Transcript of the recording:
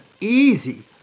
easy